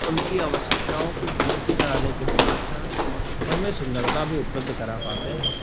उनकी आवश्यकताओं की पूर्ति कराने के साथ साथ उनमें सुन्दरता भी उपलब्ध करा पाते हैं